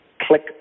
click